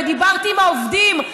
ודיברתי עם העובדים,